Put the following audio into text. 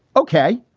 ok.